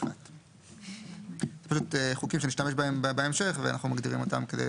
התשכ"א-1961,"; אלו חוקים שנשתמש בהם בהמשך ואנחנו מגדירים אותם כדי